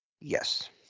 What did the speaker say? yes